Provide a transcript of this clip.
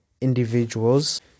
individuals